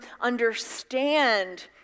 understand